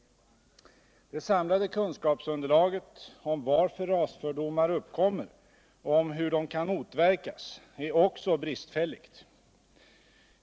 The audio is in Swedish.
Det samlade kunskapsunderlaget om varför rasfördomar uppkommer och om hur de kan motverkas är också bristfälligt.